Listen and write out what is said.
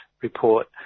report